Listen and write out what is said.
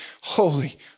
holy